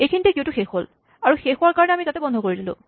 এইখিনিতে কিউ টো শেষ হ'ল আৰু শেষ হোৱাৰ কাৰণে আমি তাতে বন্ধ কৰিলোঁ